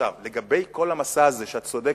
לגבי כל המסע הזה, את צודקת,